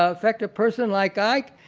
ah affect a person like ike?